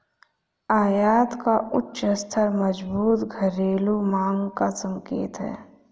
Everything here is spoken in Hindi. आयात का उच्च स्तर मजबूत घरेलू मांग का संकेत है